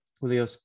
julio